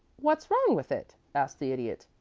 what's wrong with it? asked the idiot.